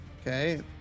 Okay